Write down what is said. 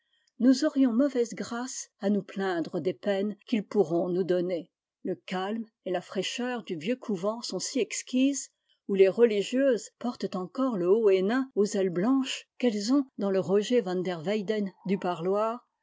nous aurions mauvaise grâce à nous plaindre des peines qu'ils pourront nous donner le calme et la fraîcheur du vieux couvent sont si exquises où les religieuses portent encore le haut hennin aux ailes blanches qu'elles ont dans le roger van der weyden du parloir